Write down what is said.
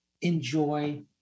enjoy